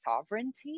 sovereignty